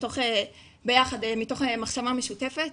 ביחד מתוך מחשבה משותפת.